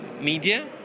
media